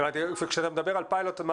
כשאתה מדבר על פיילוט,